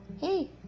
Hey